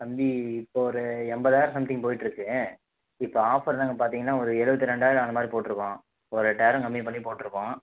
தம்பி இப்போ ஒரு எண்பதாயிரம் சம்திங் போய்கிட்ருக்கு இப்போ ஆஃபர் நாங்கள் பார்த்தீங்கன்னா ஒரு எழுபத்தி ரெண்டாயிரம் அந்த மாதிரி போட்டிருக்கோம் ஒரு எட்டாயிரம் கம்மி பண்ணி போட்டிருக்கோம்